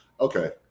Okay